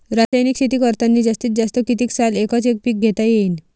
रासायनिक शेती करतांनी जास्तीत जास्त कितीक साल एकच एक पीक घेता येईन?